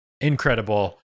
Incredible